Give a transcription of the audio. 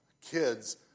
kids